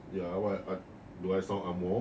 ya why what do I sound angmoh